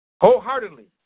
wholeheartedly